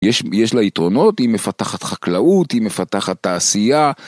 יש לה יתרונות היא מפתחת חקלאות היא מפתחת תעשייה.